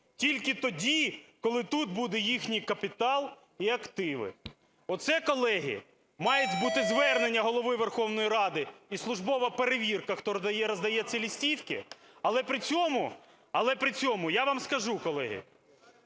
тільки тоді, коли тут буде їхній капітал і активи. Оце, колеги, має бути звернення Голови Верховної Ради і службова перевірка, хто роздає ці листівки. Але при цьому, але при цьому я вам скажу, колеги.